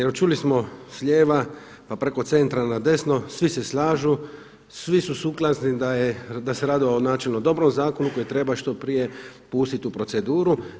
Evo čuli smo s lijeva preko centra na desno svi se slažu, svi su sukladni da se radi u načelu dobrom zakonu koji treba što prije pustiti u proceduru.